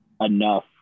enough